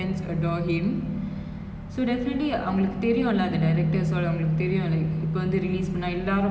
ya I think that's why they going to release another movie which is highly talked by twenty twenty actually it's called soorarai pottru